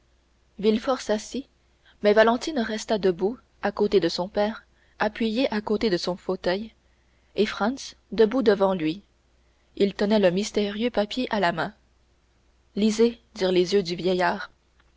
villefort s'assit mais valentine resta debout à côté de son père appuyée à côté de son fauteuil et franz debout devant lui il tenait le mystérieux papier à la main lisez dirent les yeux du vieillard